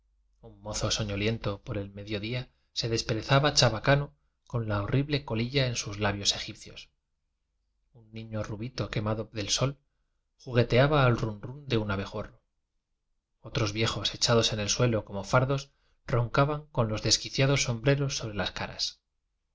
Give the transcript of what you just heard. un mozo soñoliento por el mediodía se desperezaba chabacano con la u rri b'e c o lilla entre sus labios egipcios ai nia rubiío quemado del sol jugueteaba lum un abejorro otros viejos co i s en e suelo como fardos roncaban con los desquiciado sombreros sobre las ra